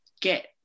get